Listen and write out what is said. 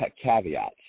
caveats